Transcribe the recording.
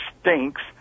stinks